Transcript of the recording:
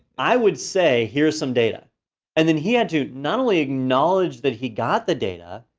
i would say, here's some data and then he had to, not only acknowledge that he got the data,